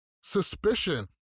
suspicion